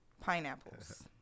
Pineapples